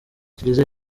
kiliziya